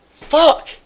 Fuck